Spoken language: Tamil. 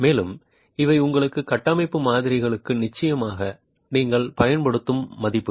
மேலும் இவை உங்கள் கட்டமைப்பு மாதிரிகளுக்கு நிச்சயமாக நீங்கள் பயன்படுத்தும் மதிப்புகள்